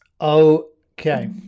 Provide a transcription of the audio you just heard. okay